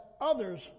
others